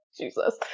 Jesus